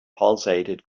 pulsated